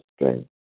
strength